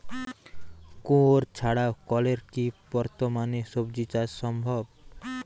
কুয়োর ছাড়া কলের কি বর্তমানে শ্বজিচাষ সম্ভব?